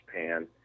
Japan